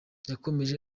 yakomeje